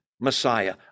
Messiah